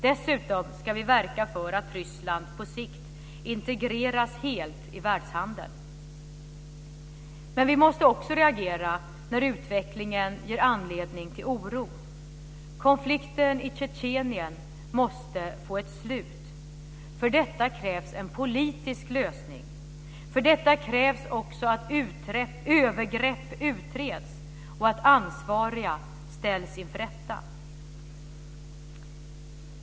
Dessutom ska vi verka för att Ryssland på sikt integreras helt i världshandeln. Men vi måste också reagera när utvecklingen ger anledning till oro. Konflikten i Tjetjenien måste få ett slut. För detta krävs en politisk lösning. För detta krävs också att övergrepp utreds och att ansvariga ställs inför rätta.